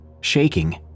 shaking